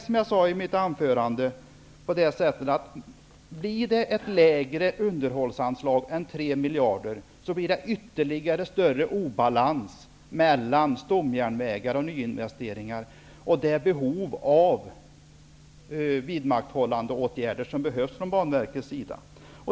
Som jag sade i mitt anförande ger ett lägre underhållsanslag än 3 miljarder ytterligare obalans mellan stomjärnvägar och nyinvesteringar och det behov av vidmakthållande åtgärder som behövs från Banverkets sida.